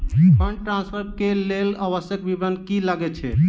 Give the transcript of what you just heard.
Fund transfer केँ लेल आवश्यक विवरण की की लागै छै?